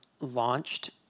launched